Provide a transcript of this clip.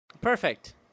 Perfect